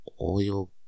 oil